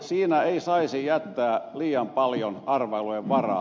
siinä ei saisi jättää liian paljon arvailujen varaa